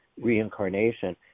reincarnation